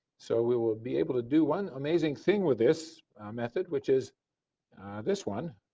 so we will be able to do one amazing thing with this method, which is this one,